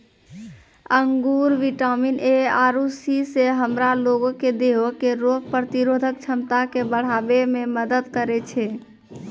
अंगूर vitamin A आरु C से हमरा लोगो के देहो के रोग प्रतिरोधक क्षमता के बढ़ाबै मे मदत करै छै